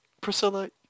Priscilla